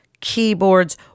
keyboards